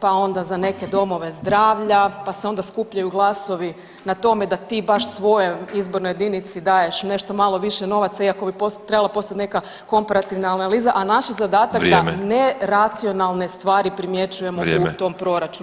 pa onda za neke domove zdravlja, pa se onda skupljaju glasovi na tome da ti baš svojoj izbornoj jedinici daješ nešto malo više novaca iako bi trebala postojat neka komparativna analiza, a naš je zadatak [[Upadica: Vrijeme]] da neracionalne stvari primjećujemo [[Upadica: Vrijeme]] u tom proračunu.